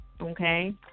okay